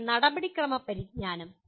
പിന്നെ നടപടിക്രമ പരിജ്ഞാനം